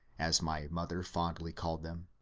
as my mother fondly called them.